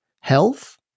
health